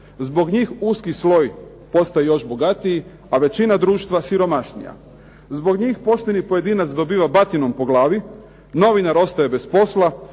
Zbog njih uski sloj postaje još bogatiji, a većina društva siromašnija. Zbog njih pošteni pojedinac dobiva batinom po glavi, novinar ostaje bez posla